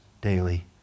daily